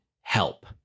help